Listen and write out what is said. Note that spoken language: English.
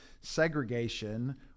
segregation